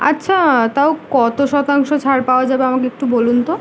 আচ্ছা তাও কত শতাংশ ছাড় পাওয়া যাবে আমাকে একটু বলুন তো